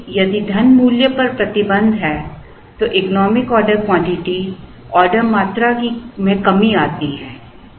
क्योंकि यदि धन मूल्य पर प्रतिबंध है तो इकोनॉमिक ऑर्डर क्वांटिटी ऑर्डर मात्रा में कमी आती है